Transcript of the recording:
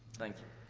thank you.